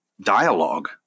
dialogue